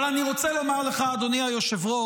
אבל אני רוצה לומר לך, אדוני היושב-ראש,